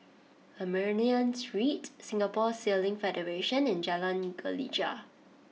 Armenian Street Singapore Sailing Federation and Jalan Gelegar